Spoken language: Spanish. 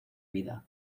vida